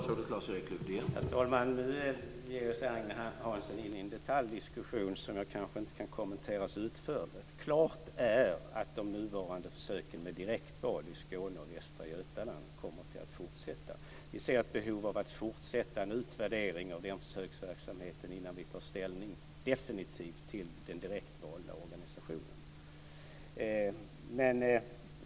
Herr talman! Nu ger sig Agne Hansson in i en detaljdiskussion som jag kanske inte kan kommentera så utförligt. Klart är att de nuvarande försöken med direktval i Skåne och Västra Götaland kommer att fortsätta. Vi ser ett behov av att fortsätta en utvärdering av den försöksverksamheten innan vi definitivt tar ställning till den direktvalda organisationen.